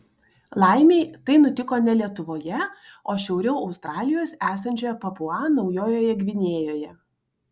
laimei tai nutiko ne lietuvoje o šiauriau australijos esančioje papua naujojoje gvinėjoje